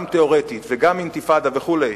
גם תיאורטית וגם אינתיפאדה וכו'.